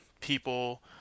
people